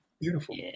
Beautiful